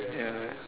yeah